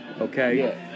Okay